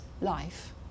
life